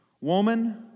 woman